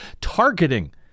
targeting